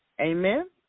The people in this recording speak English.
Amen